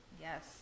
Yes